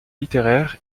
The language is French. littéraire